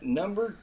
number